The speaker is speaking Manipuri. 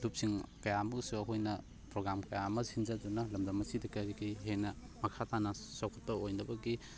ꯂꯨꯞꯁꯤꯡ ꯀꯌꯥ ꯑꯃꯒꯁꯨ ꯑꯩꯈꯣꯏꯅ ꯄ꯭ꯔꯣꯒ꯭ꯔꯥꯝ ꯀꯌꯥ ꯑꯃ ꯁꯤꯟꯖꯗꯨꯅ ꯂꯝꯗꯝꯑꯁꯤꯗ ꯀꯔꯤꯒꯤ ꯍꯦꯟꯅ ꯃꯈꯥ ꯇꯥꯅ ꯆꯥꯎꯈꯠꯄ ꯑꯣꯏꯅꯕꯒꯤ